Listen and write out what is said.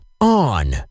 On